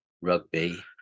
rugby